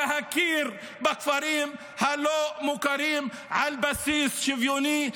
תכיר בכפרים הלא-מוכרים על בסיס שוויוני.